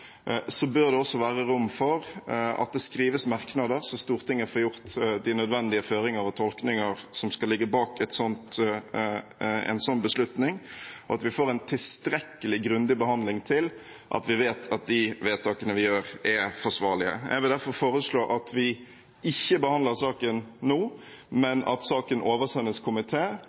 bør det også være rom for at det skrives merknader, slik at Stortinget får gjort de nødvendige føringer og tolkninger som skal ligge bak en slik beslutning, og at vi får en tilstrekkelig grundig behandling, slik at vi vet at de vedtakene vi gjør, er forsvarlige. Jeg vil derfor foreslå at vi ikke behandler saken nå,